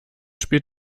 spielt